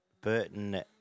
Burton